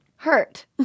hurt